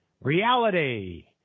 reality